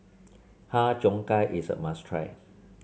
Har Cheong Gai is a must try